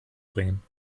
bringen